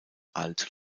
alt